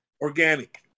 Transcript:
Organic